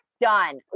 done